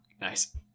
nice